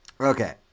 okay